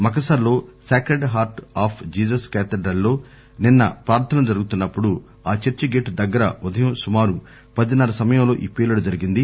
మకసర్లో Sacred Heart of Jesus Cathedral లో నిన్న ప్రార్దనలు జరుగుతున్నప్పుడు ఆ చర్చి గేటు దగ్గర ఉదయం సుమారు పదిన్నర సమయంలో ఈ పేలుడు జరిగింది